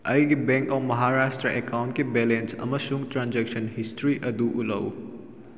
ꯑꯩꯒꯤ bank of Maharashtra ꯑꯦꯀꯥꯎꯟꯒꯤ balance ꯑꯃꯁꯨꯡ ꯇ꯭ꯔꯥꯟꯖꯦꯛꯁꯟ ꯍꯤꯁꯇ꯭ꯔꯤ ꯑꯗꯨ ꯎꯠꯂꯛꯎ